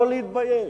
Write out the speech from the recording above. לא להתבייש,